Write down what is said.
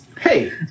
Hey